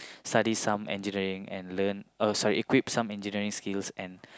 study some engineering and learn uh sorry equip some engineering skills and